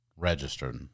registered